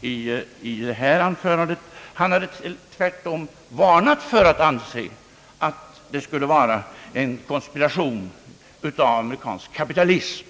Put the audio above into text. i detta anförande. Han hade tvärtom varnat för att anse att det skulle vara en konspiration av amerikansk kapitalism.